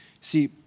See